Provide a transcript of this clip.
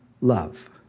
love